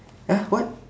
!huh! what